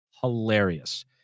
hilarious